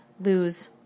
lose